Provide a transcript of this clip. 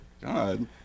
God